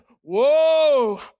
whoa